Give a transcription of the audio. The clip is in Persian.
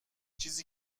چیزی